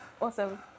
Awesome